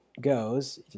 goes